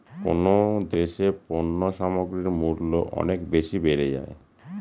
কোন দেশে পণ্য সামগ্রীর মূল্য অনেক বেশি বেড়ে যায়?